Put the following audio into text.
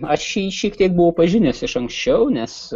aš jį šiek tiek buvau pažinęs iš anksčiau nes